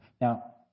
Now